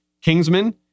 Kingsman